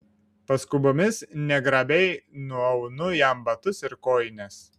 paskubomis negrabiai nuaunu jam batus ir kojines